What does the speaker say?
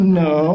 no